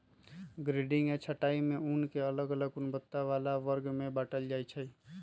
grading आऽ छँटाई में ऊन के अलग अलग गुणवत्ता बला वर्ग में बाटल जाइ छइ